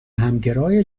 همگرای